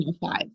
five